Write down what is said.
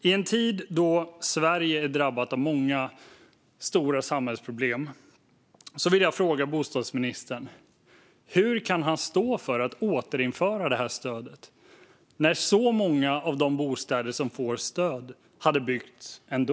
I en tid då Sverige är drabbat av många stora samhällsproblem vill jag fråga bostadsministern hur han kan stå för att återinföra detta stöd när så många av de bostäder som får stöd hade byggts ändå.